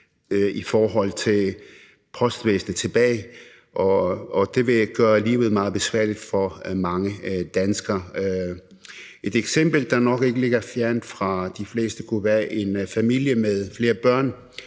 i forhold til at bruge postvæsenet, og det vil gøre livet meget besværligt for mange danskere. Et eksempel, der nok ikke det ligger fjernt fra de fleste, kunne være en familie med flere børn,